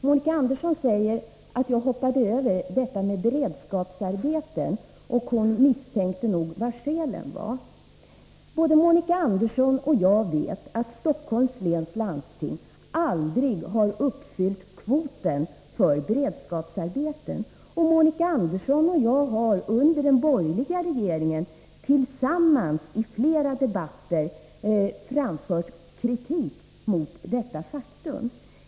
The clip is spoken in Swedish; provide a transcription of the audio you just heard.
Monica Andersson säger att jag hoppade över detta med beredskapsarbeten, och hon misstänkte nog vilka skälen var. Både Monica Andersson och jag vet att Stockholms läns landsting aldrig har uppfyllt kvoten för beredskapsarbeten. Monica Andersson och jag har under den borgerliga regeringen tillsammans i flera debatter framfört kritik mot detta faktum.